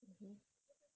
hmm